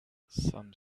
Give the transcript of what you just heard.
some